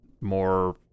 more